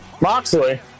Moxley